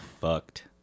fucked